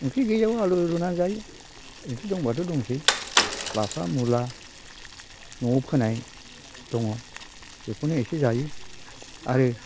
ओंख्रि गैयिआव आलु रुनानै जायो ओंख्रि दंब्लाथ' दंसै लाफा मुला न'आव फोनाय दङ बेखौनो एसे जायो आरो